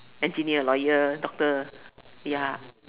engineer lawyer doctor ya